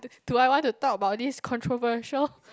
do I want to talk about this controversial